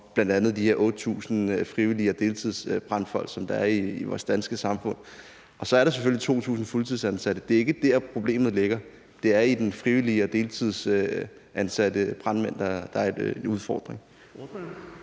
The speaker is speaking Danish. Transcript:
bl.a. de her 8.000 frivillige og deltidsbrandfolk, som der er i vores danske samfund, og så er der selvfølgelig 2.000 fuldtidsansatte. Det er ikke der, problemet ligger. Det er de frivillige og deltidsansatte brandmænd, der er en udfordring